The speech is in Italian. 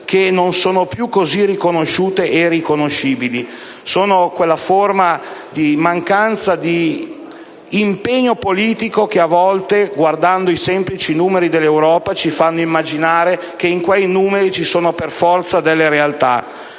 che non sono più così riconosciute e riconoscibili. Si tratta di quella forma di mancanza di impegno politico che, a volte, guardando i semplici numeri dell'Europa, ci fa immaginare che in quei numeri ci siano per forza delle realtà.